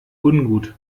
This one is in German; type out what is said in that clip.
ungut